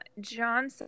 John